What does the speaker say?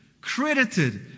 credited